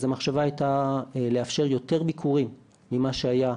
אז המחשבה הייתה לאפשר יותר ביקורים ממה שהיה.